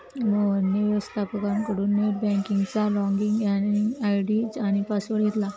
मोहनने व्यवस्थपकाकडून नेट बँकिंगचा लॉगइन आय.डी आणि पासवर्ड घेतला